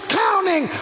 counting